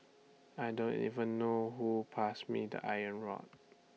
I don't even know who passed me the iron rod